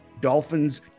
dolphins